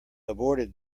aborted